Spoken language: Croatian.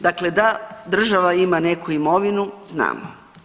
Dakle, da država ima neku imovinu znamo.